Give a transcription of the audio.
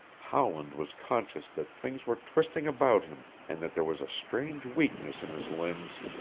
howland was conscious that things were twisting about him and that there was a strange weakness in his limbs.